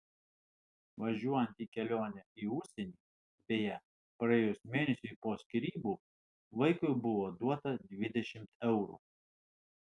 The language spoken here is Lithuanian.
važiuojant į kelionę į užsienį beje praėjus mėnesiui po skyrybų vaikui buvo duota dvidešimt eurų